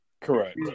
Correct